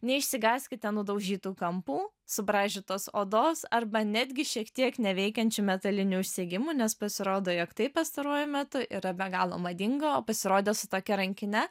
neišsigąskite nudaužytų kampų subraižytos odos arba netgi šiek tiek neveikiančių metalinių užsegimų nes pasirodo jog tai pastaruoju metu yra be galo madinga o pasirodę su tokia rankine